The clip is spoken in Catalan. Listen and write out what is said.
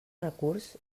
recurs